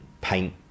Paint